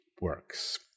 works